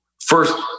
first